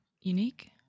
unique